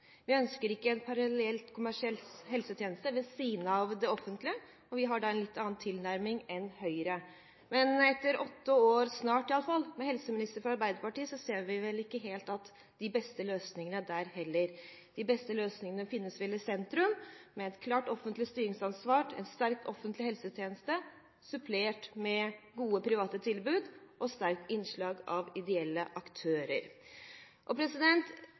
Vi ønsker ikke en parallell kommersiell helsetjeneste ved siden av det offentlige, og vi har en litt annen tilnærming enn Høyre. Men etter snart åtte år med helseminister fra Arbeiderpartiet ser vi vel ikke helt at de beste løsningene er der heller. De beste løsningene finnes vel i sentrum, med et klart offentlig styringsansvar, en sterk offentlig helsetjeneste, supplert med gode private tilbud og sterkt innslag av ideelle aktører.